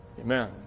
Amen